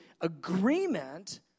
agreement